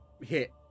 hit